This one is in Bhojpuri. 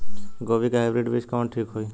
गोभी के हाईब्रिड बीज कवन ठीक होई?